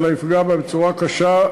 אלא יפגע בה בצורה קשה,